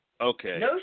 Okay